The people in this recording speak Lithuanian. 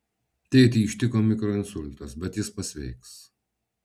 tėtį ištiko mikroinsultas bet jis pasveiks